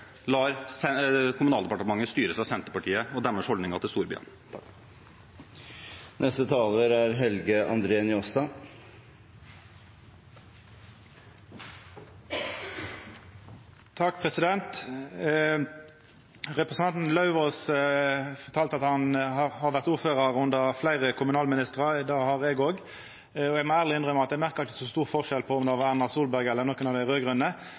lar Kommunal- og moderniseringsdepartementet styres av Senterpartiet og deres holdninger til storbyene. Representanten Lauvås fortalde at han har vore ordførar under fleire kommunalministrar. Det har eg òg, og eg må ærleg innrømma at eg merka ikkje så stor forskjell på om det var Erna Solberg eller nokon av dei